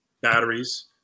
batteries